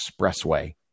expressway